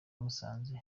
musanze